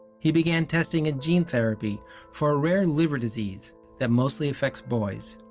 he began testing a gene therapy for a rare liver disease that mostly affects boys.